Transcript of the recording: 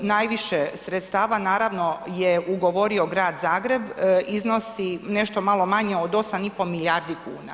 Najviše sredstava, naravno, je ugovorio Grad Zagreb, iznosi nešto malo manje od 8,5 milijardi kuna.